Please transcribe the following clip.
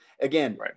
again